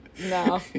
no